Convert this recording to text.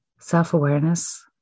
self-awareness